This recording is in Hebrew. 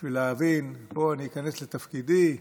בשביל להבין: אני איכנס לתפקידי,